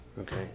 Okay